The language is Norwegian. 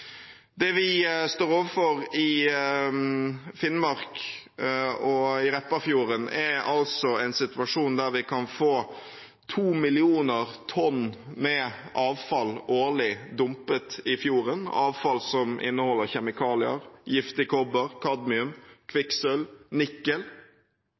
Det vi står overfor i Finnmark i Repparfjord, er en situasjon der vi kan få to millioner tonn med avfall dumpet i fjorden årlig – avfall som inneholder kjemikalier: giftig kobber, kadmium,